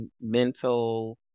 mental